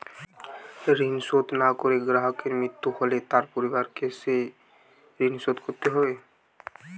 ঋণ শোধ না করে গ্রাহকের মৃত্যু হলে তার পরিবারকে সেই ঋণ শোধ করতে হবে?